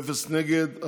אין מתנגדים.